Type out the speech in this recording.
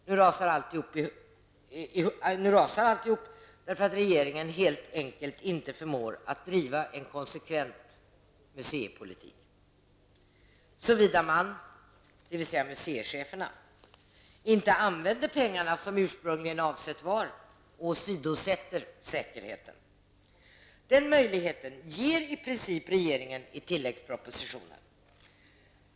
Nu rasar alltihop därför att regeringen helt enkelt inte förmår att driva en konsekvent museipolitik -- så vida man, dvs. museicheferna, inte använder pengarna som ursprungligen avsett var och åsidosätter säkerheten. Den möjligheten ger i princip regeringen i tilläggspropositionen.